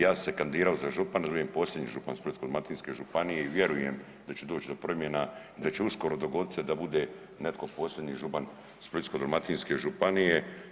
Ja sam se kandidirao za župana, da budem posljednji župan Splitsko-dalmatinske županije i vjerujem da će doći do promjena i da će uskoro dogoditi se da bude netko posljednji župan Splitsko-dalmatinske županije.